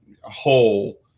whole